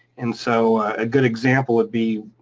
and so a good example would be,